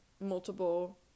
multiple